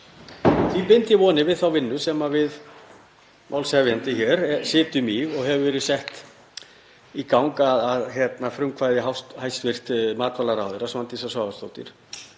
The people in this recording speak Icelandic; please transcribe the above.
bind ég vonir við þá vinnu sem við málshefjandi hér stöndum í og hefur verið sett í gang að frumkvæði hæstv. matvælaráðherra Svandísar Svavarsdóttur